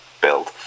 Build